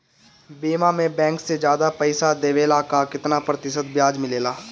बीमा में बैंक से ज्यादा पइसा देवेला का कितना प्रतिशत ब्याज मिलेला?